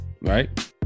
right